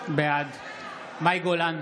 בעד מאי גולן,